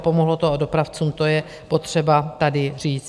Pomohlo to dopravcům, to je potřeba tady říct.